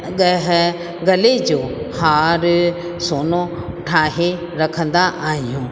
ॻहु गले जो हार सोनो ठाहे रखंदा आहियूं